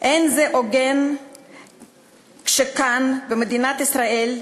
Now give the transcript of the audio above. זה לא הוגן שכאן, במדינת ישראל,